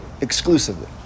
Exclusively